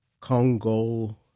Congo